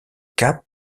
cap